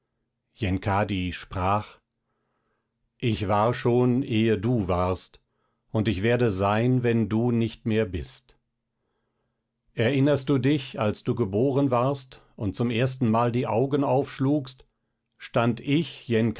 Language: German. yenkadi sprach ich war schon ehe du warst und ich werde sein wenn du nicht mehr bist erinnerst du dich als du geboren warst und zum erstenmal die augen aufschlugst stand ich